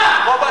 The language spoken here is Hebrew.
חובתה.